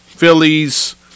Phillies